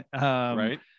Right